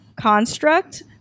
construct